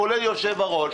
כולל היושב-ראש,